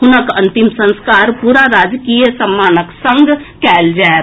हुनक अंतिम संस्कार पूरा राजकीय सम्मानक संग कएल जाएत